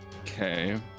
Okay